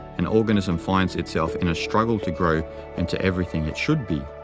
an organism finds itself in a struggle to grow into everything it should be.